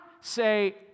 say